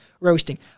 roasting